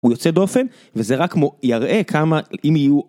הוא יוצא דופן וזה רק יראה כמה אם יהיו.